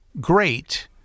great